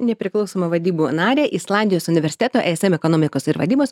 nepriklausoma vadybų narę islandijos universiteto ism ekonomikos ir vadybos